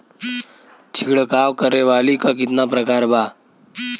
छिड़काव करे वाली क कितना प्रकार बा?